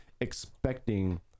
expecting